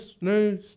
no